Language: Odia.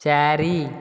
ଚାରି